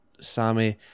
Sammy